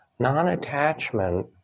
Non-attachment